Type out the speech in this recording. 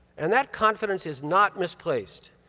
and that confidence is not misplaced.